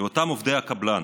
אותם עובדי הקבלן,